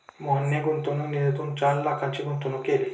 मोहनने गुंतवणूक निधीतून चार लाखांची गुंतवणूक केली